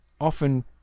often